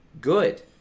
good